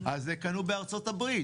אז קנו בארצות-הברית.